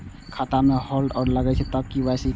खाता में होल्ड सब लगे तब के.वाई.सी चाहि?